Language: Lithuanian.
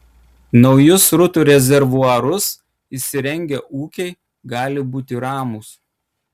naujus srutų rezervuarus įsirengę ūkiai gali būti ramūs